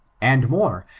and more,